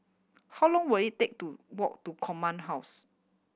how long will it take to walk to Command House